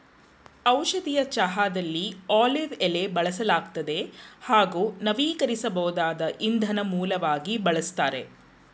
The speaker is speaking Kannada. ಔಷಧೀಯ ಚಹಾದಲ್ಲಿ ಆಲಿವ್ ಎಲೆ ಬಳಸಲಾಗ್ತದೆ ಹಾಗೂ ನವೀಕರಿಸ್ಬೋದಾದ ಇಂಧನ ಮೂಲವಾಗಿ ಬಳಸ್ತಾರೆ